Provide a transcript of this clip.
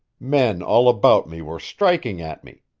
men all about me were striking at me.